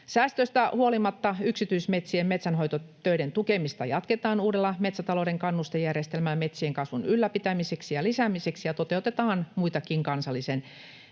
Säästöistä huolimatta yksityismetsien metsänhoitotöiden tukemista jatketaan uudella metsätalouden kannustejärjestelmällä metsien kasvun ylläpitämiseksi ja lisäämiseksi ja toteutetaan muitakin kansallisen